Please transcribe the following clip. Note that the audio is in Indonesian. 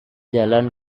jalan